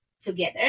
together